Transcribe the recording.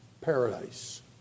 Paradise